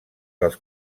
dels